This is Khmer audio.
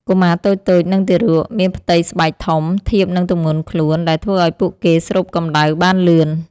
កុមារតូចៗ និងទារក មានផ្ទៃស្បែកធំ ធៀបនឹងទម្ងន់ខ្លួន ដែលធ្វើឱ្យពួកគេស្រូបកម្ដៅបានលឿន។